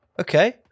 Okay